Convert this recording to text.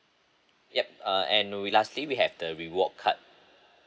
yup uh and we lastly we have the reward card